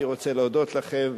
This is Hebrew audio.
אני רוצה להודות לכם,